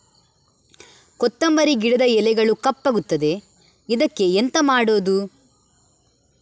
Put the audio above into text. ಕೊತ್ತಂಬರಿ ಗಿಡದ ಎಲೆಗಳು ಕಪ್ಪಗುತ್ತದೆ, ಇದಕ್ಕೆ ಎಂತ ಮಾಡೋದು?